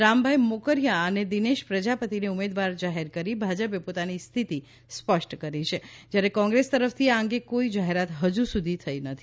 રામભાઇ મોકરિયા અને દિનેશ પ્રજાપતિને ઉમેદવાર જાહેર કરી ભાજપે પોતાની સ્થિતિ સ્પષ્ટ કરી છે જ્યારે કોંગ્રેસ તરફ થી આ અંગે કોઈ જાહેરાત હજુ સુધી થઈ નથી